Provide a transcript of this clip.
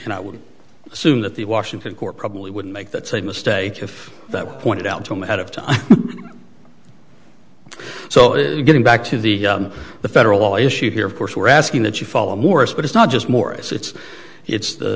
and i would assume that the washington court probably wouldn't make that same mistake if that were pointed out to him ahead of time so getting back to the the federal issue here of course we're asking that you follow morris but it's not just more it's it's the the